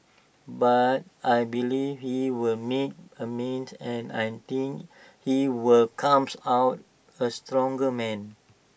but I believe he will make amends and I think he will comes out A stronger man